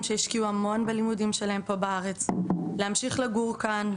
שהשקיעו המון בלימודים שלהם פה בארץ להמשיך לגור כאן,